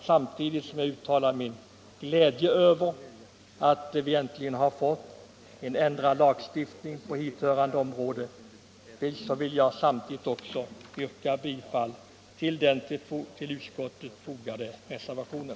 Samtidigt som jag uttalar min glädje över att vi äntligen fått en ändrad lagstiftning på hithörande område vill jag yrka bifall till reservationen.